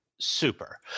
Super